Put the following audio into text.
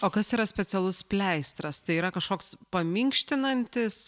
o kas yra specialus pleistras tai yra kažkoks paminkštinantis